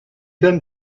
then